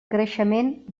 creixement